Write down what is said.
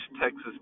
Texas